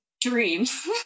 dreams